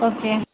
okay